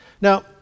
Now